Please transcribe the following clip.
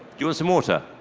you want some water